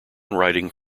writing